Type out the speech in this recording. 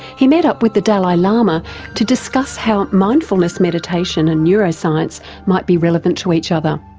he met up with the dalai lama to discuss how mindfulness meditation and neuroscience might be relevant to each other.